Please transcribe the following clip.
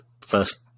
first